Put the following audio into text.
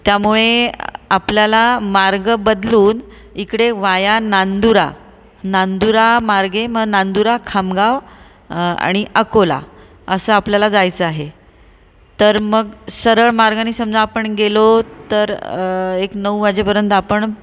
त्यामुळे आपल्याला मार्ग बदलून इकडे वाया नांदुरा नांदुरामार्गे मग नांदुरा खामगाव आणि अकोला असं आपल्याला जायचं आहे तर मग सरळ मार्गाने समजा आपण गेलो तर एक नऊ वाजेपर्यंत आपण